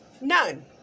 None